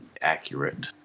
accurate